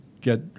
get